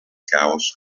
caos